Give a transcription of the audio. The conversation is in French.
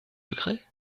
secret